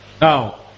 now